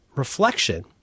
reflection